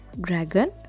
dragon